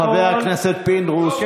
חבר הכנסת פינדרוס,